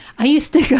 i used to go,